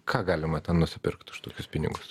ką galima ten nusipirkt už tokius pinigus